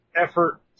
effort